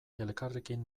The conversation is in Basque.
elkarrekin